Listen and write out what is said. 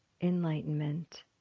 enlightenment